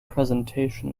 presentation